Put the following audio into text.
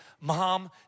mom